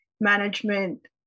management